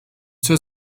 zur